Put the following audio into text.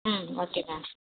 ம் okay ma'am